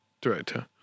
director